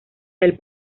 del